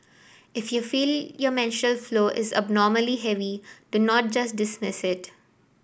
if you feel your menstrual flow is abnormally heavy do not just dismiss it